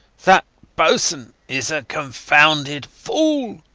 that bossn is a confounded fool,